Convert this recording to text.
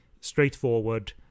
straightforward